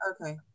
okay